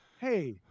Hey